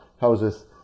houses